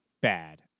bad